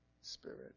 spirit